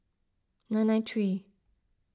nine nine three